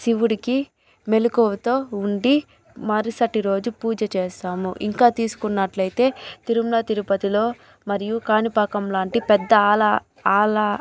శివుడికి మెలకువతో ఉండి మరుసటి రోజు పూజ చేస్తాము ఇంకా తీసుకున్నట్లైతే తిరుమల తిరుపతిలో మరియు కాణిపాకం లాంటి పెద్ద ఆల ఆల